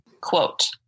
Quote